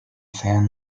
fan